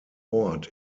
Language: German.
ort